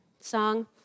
song